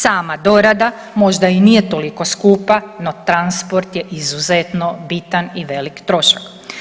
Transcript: Sama dorada možda i nije toliko skupa, no transport je izuzetno bitan i velik trošak.